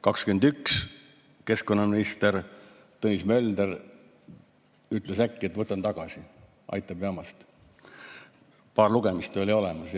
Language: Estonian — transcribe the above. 2021 keskkonnaminister Tõnis Mölder ütles äkki, et võtan selle tagasi, aitab jamast. Paar lugemist oli olemas.